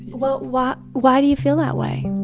well, why why do you feel that way?